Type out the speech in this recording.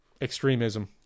extremism